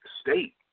state